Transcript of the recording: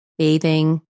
bathing